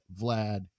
Vlad